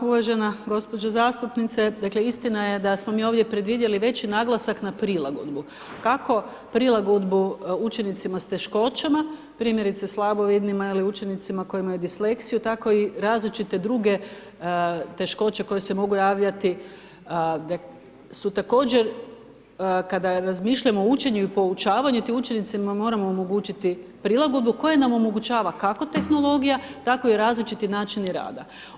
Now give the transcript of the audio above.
Uvažena gospođo zastupnice, dakle istina je da smo mi ovdje predvidjeli veći naglasak na prilagodbu, kako prilagodbu učenicima s teškoćama, primjerice slabovidnim ili učenicima koji imaju disleksiju tako i različite druge teškoće koje se mogu javljati su također kada razmišljamo o učenju i poučavanju, tim učenicima moramo omogućiti prilagodbe koje nam omogućava kako tehnologija tako i različiti načini rada.